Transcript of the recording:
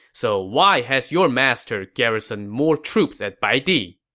so why has your master garrisoned more troops at baidi?